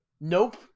nope